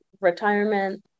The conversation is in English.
retirement